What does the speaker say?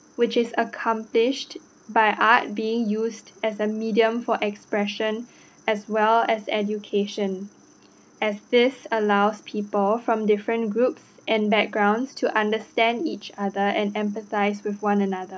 which is accomplished by art being used as a medium for expression as well as education as this allows people from different groups and backgrounds to understand each other and empathise with one another